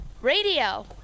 Radio